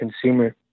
consumer